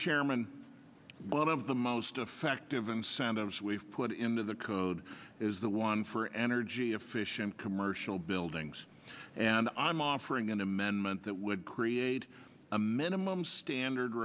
chairman one of the most effective incentives we've put into the code is the one for energy efficient commercial buildings and i'm offering an amendment that would create a minimum standard